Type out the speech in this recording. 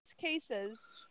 cases